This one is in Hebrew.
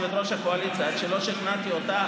שמענו אותך.